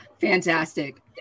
fantastic